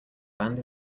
band